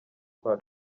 kwa